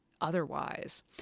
Otherwise